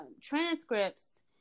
transcripts